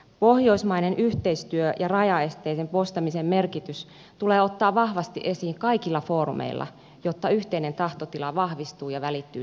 pohjoismainen yhteistyö ja rajaesteiden poistamisen merkitys tulee ottaa vahvasti esiin kaikilla foorumeilla jotta yhteinen tahtotila vahvistuu ja välittyy selvästi